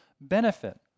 benefit